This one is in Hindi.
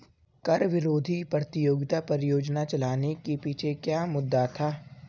कर विरोधी प्रतियोगिता परियोजना चलाने के पीछे क्या मुद्दा था?